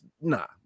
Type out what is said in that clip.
nah